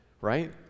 right